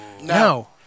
No